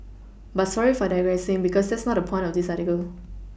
but sorry for digressing because that's not the point of this article